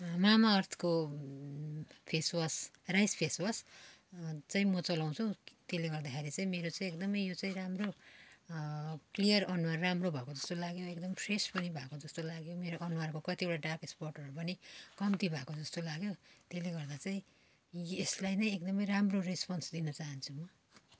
मामा अर्थको face wash rice face wash चाहिँ म चलाउँछु त्यसले गर्दाखेरि चाहिँ मेरो चाहिँ एकदम यो चाहिँ राम्रो क्लियर अनुहार राम्रो भएको जस्तो लाग्यो एकदम फ्रेस पनि भएको जस्तो लाग्यो मेरो अनुहारको कतिवटा डार्क स्पटहरू पनि कम्ती भएको जस्तो लाग्यो त्यसले गर्दा चाहिँ यसलाई नै एकदम राम्रो रेस्पोन्स दिन चाहन्छु म